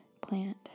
plant